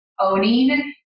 owning